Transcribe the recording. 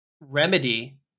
Remedy